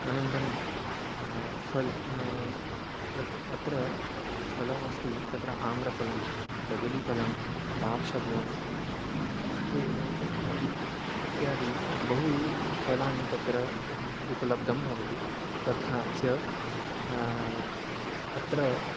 अनन्तरं फल् यत् अत्र फलमस्ति तत्र आम्रफलं कदलिफलं द्राक्षफलम् इत्येकं इत्यादि बहु फलानि तत्र उपलब्दं भवति तथा च अत्र